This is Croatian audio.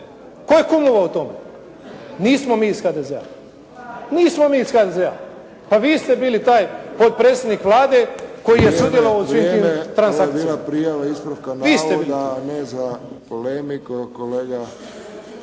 Tko je kumovao tome? Nismo mi iz HDZ-a! Nismo mi iz HDZ-a! Pa vi ste bili taj potpredsjednik Vlade koji je sudjelovao u svim tim transakcijama. Vi ste!